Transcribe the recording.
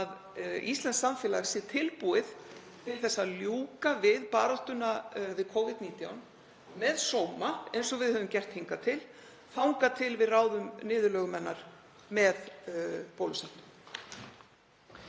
íslenskt samfélag sé tilbúið að ljúka baráttunni við Covid-19 með sóma, eins og við höfum gert hingað til, þangað til við ráðum niðurlögum hennar með bólusetningum.